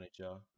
manager